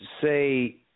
say